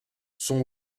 son